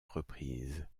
reprises